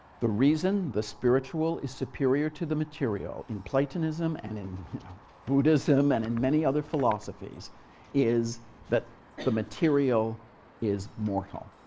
the reason the spiritual is superior to the material in platonism and in buddhism and in many other philosophies is that so the material is mortal,